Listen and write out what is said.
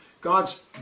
God's